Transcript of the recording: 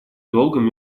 долгом